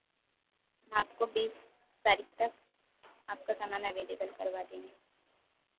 आपको बीस तारीख तक आपको सामान अवेलेवल करवा देंगे